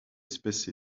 espèce